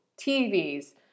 TVs